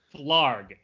Flarg